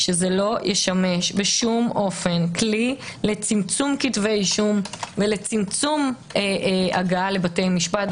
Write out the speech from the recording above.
שזה לא ישמש בשום אופן כלי לצמצום כתבי אישום ולצמצום הגעה לבתי משפט.